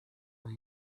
are